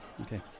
Okay